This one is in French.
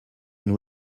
nous